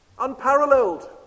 unparalleled